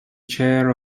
chair